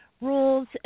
rules